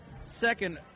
second